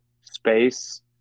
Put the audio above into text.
space